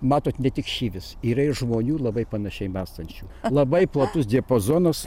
matot ne tik šyvis yra ir žmonių labai panašiai mąstančių labai platus diapazonas